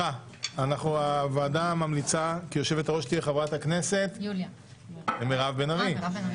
הוועדה ממליצה שיושבת-הראש תהיה חברת הכנסת מירב בן ארי.